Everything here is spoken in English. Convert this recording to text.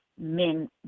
men